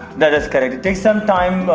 that is correct take some time.